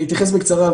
אתייחס בקצרה,